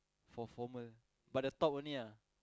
for formal but the top only ah